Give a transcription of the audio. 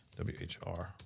WHR